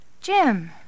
Jim